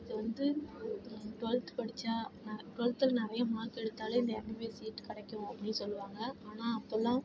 இது வந்து டுவெல்த் படிச்சால் நான் டுவெல்த்தில் நிறைய மார்க் எடுத்தாலே இந்த எம்பிபிஎஸ் சீட் கிடைக்கும் அப்படின்னு சொல்லுவாங்க ஆனால் அப்போல்லாம்